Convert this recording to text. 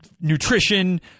nutrition